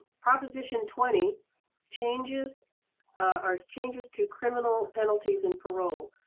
proposition twenty changes are changes to criminal penalties and parole.